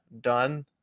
done